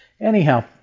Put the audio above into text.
Anyhow